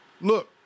Look